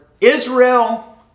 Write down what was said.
Israel